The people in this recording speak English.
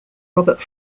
robert